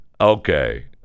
okay